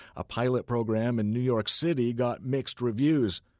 a pilot program in new york city got mixed reviews.